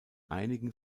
einigen